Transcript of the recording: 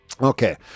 Okay